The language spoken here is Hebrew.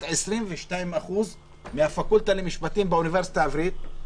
22% מהפקולטה למשפטים באוניברסיטה העברית לא עברו,